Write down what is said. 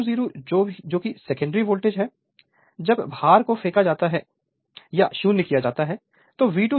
तो V2 0 जो कि सेकेंडरी वोल्टेज है जब भार को फेंका जाता है तो V2 0 E2 होता है